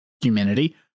humanity